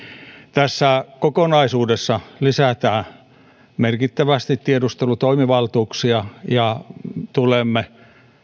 tässä kokonaisuudessa lisätään merkittävästi tiedustelutoimivaltuuksia ja tulemme